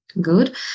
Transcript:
good